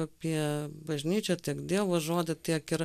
apie bažnyčią tiek dievo žodį tiek ir